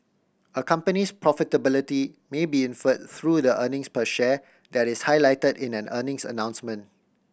a company's profitability may be inferred through the earnings per share that is highlighted in an earnings announcement